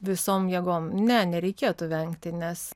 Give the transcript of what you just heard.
visom jėgom ne nereikėtų vengti nes